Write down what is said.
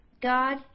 God